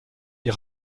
est